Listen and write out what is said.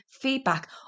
feedback